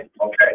Okay